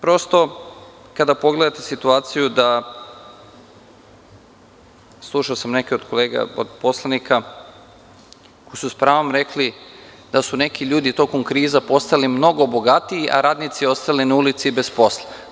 Prosto, kada pogledate situaciju da, slušao sam neke od kolega poslanika, koji su sa pravom rekli da su neki ljudi tokom kriza postali mnogo bogatiji, a radnici ostali na ulici bez posla.